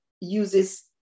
uses